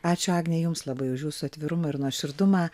ačiū agne jums labai už jūsų atvirumą ir nuoširdumą